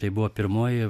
tai buvo pirmoji